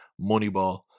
moneyball